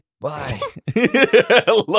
Bye